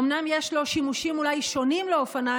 אומנם יש בו אולי שימושים שונים לאופניים,